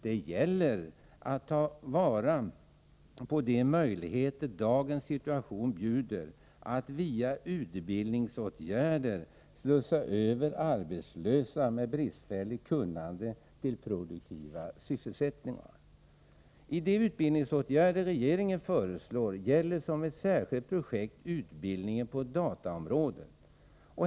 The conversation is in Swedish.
Det gäller att ta till vara de möjligheter dagens situation bjuder att via utbildningsåtgärder slussa över arbetslösa med bristfälligt kunnande till produktiva sysselsättningar. I de utbildningsåtgärder regeringen föreslår gäller som ett särskilt projekt utbildning på dataområdet.